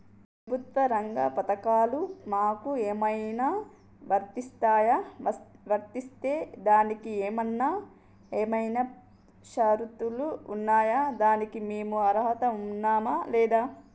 ప్రభుత్వ రంగ పథకాలు మాకు ఏమైనా వర్తిస్తాయా? వర్తిస్తే దానికి ఏమైనా షరతులు ఉన్నాయా? దానికి మేము అర్హత ఉన్నామా లేదా?